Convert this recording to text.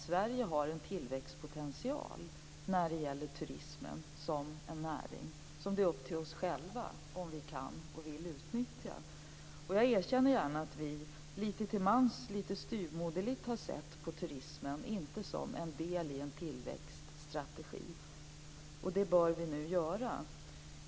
Sverige har en tillväxtpotential när det gäller turism som en näring som det är upp till oss själva att utnyttja. Jag erkänner gärna att vi lite till mans har sett styvmoderligt på turismen och inte som en del i en tillväxtstrategi, vilket vi nu bör göra.